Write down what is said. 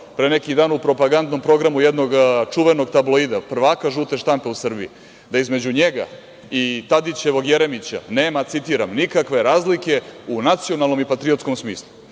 pre neki dan u propagandnom programu jednog čuvenog tabloida, prvaka žute štampe u Srbiji, da između njega i Tadićevog Jeremića, nema citiram – nikakve razlike u nacionalnom i patriotskom smislu.